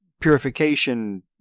purification